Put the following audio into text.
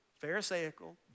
pharisaical